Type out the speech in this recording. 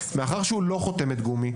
מאחר והוא לא חותמת גומי,